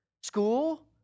school